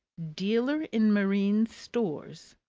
dealer in marine stores.